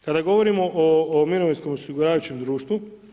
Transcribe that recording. Kada govorimo o mirovinskom osiguravajućem društvu.